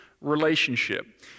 relationship